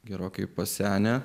gerokai pasenę